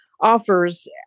Offers